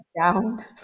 down